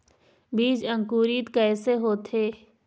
बीज अंकुरित कैसे होथे?